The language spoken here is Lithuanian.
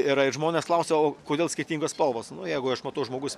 yra ir žmonės klausia o kodėl skirtingos spalvos nu jeigu aš matau žmogus